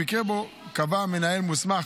במקרה שבו קבע מנהל מוסמך